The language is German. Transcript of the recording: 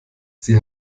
sie